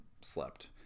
slept